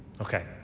Okay